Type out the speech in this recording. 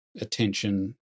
attention